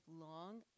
long